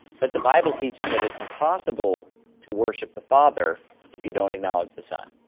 but the bible teaches that it's impossible to worship the father if you don't acknowledge the son.